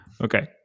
okay